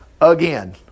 Again